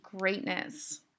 greatness